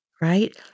right